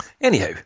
Anyhow